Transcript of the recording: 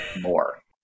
more